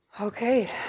Okay